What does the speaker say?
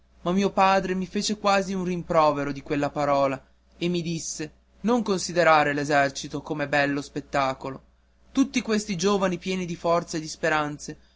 ma mio padre mi fece quasi un rimprovero di quella parola e mi disse non considerare l'esercito come un bello spettacolo tutti questi giovani pieni di forza e di speranze